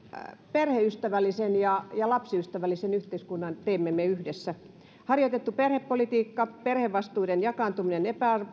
perheystävällisen ja ja lapsiystävällisen yhteiskunnan teemme me yhdessä harjoitettu perhepolitiikka perhevastuiden jakaantuminen